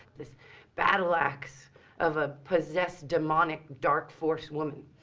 this battle ax of a possessed, demonic, dark force woman.